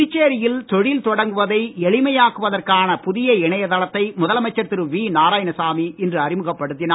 புதுச்சேரியில் தொழில் தொடங்குவதை எளிமையாக்குவதற்கான புதிய இணையதளத்தை முதலமைச்சர் திரு வி நாராயணசாமி இன்று அறிமுகப்படுத்தினார்